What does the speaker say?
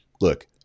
Look